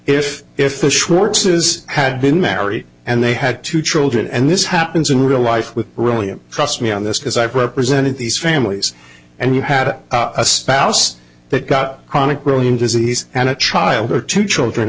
is had been married and they had two children and this happens in real life with really trust me on this because i represented these families and you had a spouse that got chronic william disease and a child or two children